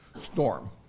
storm